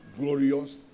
glorious